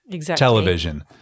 television